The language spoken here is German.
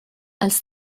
als